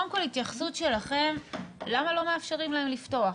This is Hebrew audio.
קודם כל התייחסות שלכם למה לא מאפשרים להם לפתוח.